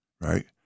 right